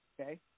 okay